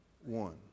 one